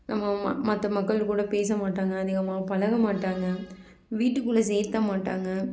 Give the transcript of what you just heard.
நம்ம மற்ற மக்கள் கூட பேசமாட்டாங்க அதிகமாக பழகமாட்டாங்க வீட்டுக்குள்ளே சேர்க்க மாட்டாங்க